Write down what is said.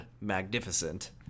magnificent